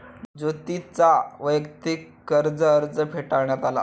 ज्योतीचा वैयक्तिक कर्ज अर्ज फेटाळण्यात आला